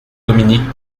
dominique